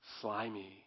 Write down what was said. slimy